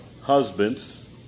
husbands